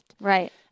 Right